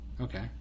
Okay